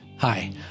Hi